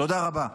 תודה רבה.